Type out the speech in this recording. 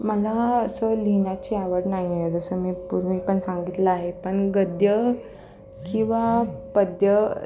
मला असं लिहिण्याची आवड नाही आहे जसं मी पूर्वी पण सांगितलं आहे पण गद्य किंवा पद्य